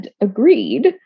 agreed